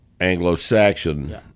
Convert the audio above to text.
Anglo-Saxon